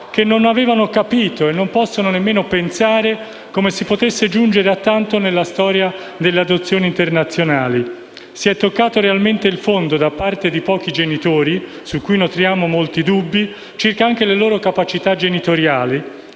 e adottanti mai avremmo potuto pensare che si potesse giungere a tanto nella storia delle adozioni internazionali in Italia. Si è toccato realmente il fondo da parte di pochi genitori, su cui nutriamo molti dubbi, circa anche la loro capacità genitoriale,